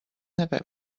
never